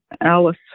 Alice